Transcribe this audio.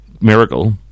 miracle